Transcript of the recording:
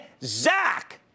Zach